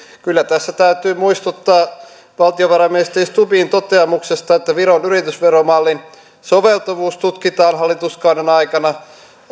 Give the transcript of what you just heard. kyllä tässä täytyy muistuttaa valtiovarainministeri stubbin toteamuksesta että viron yritysveromallin soveltuvuus tutkitaan hallituskauden aikana